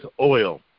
oil